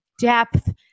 depth